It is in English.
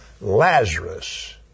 Lazarus